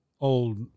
old